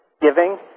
giving